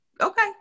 Okay